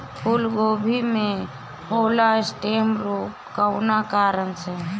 फूलगोभी में होला स्टेम रोग कौना कारण से?